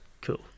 cool